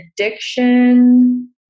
addiction